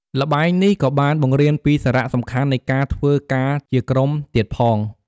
ល្បែងនេះក៏បានបង្រៀនពី សារៈសំខាន់នៃការធ្វើការជាក្រុមទៀតផង។